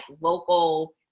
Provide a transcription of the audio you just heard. local